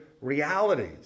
realities